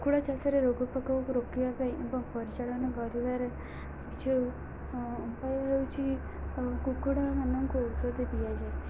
କୁକୁଡ଼ା ଚାଷରେ ରୋଗ ପୋକକୁ ରୋକିବା ପାଇଁ ଏବଂ ପରିଚାଳନା କରିବାର କିଛି ଉପାୟ ହେଉଛିି କୁକୁଡ଼ାମାନଙ୍କୁ ଔଷଧ ଦିଆଯାଏ